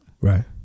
Right